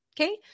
okay